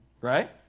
right